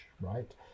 right